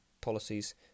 policies